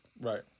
right